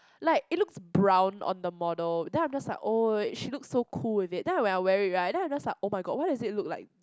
like it looks brown on the model then I'm just like oh she looks so cool with it then when I wear it right then I'm just like oh-my-god why does it look like